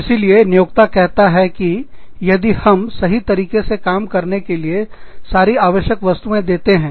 इसीलिए नियोक्ता कहता है कि यदि हम सही तरीके से काम करने के लिए सारी आवश्यक वस्तुएँ देते हैं